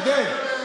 עודד.